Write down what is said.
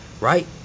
right